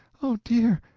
oh, dear,